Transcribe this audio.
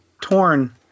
Torn